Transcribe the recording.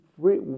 free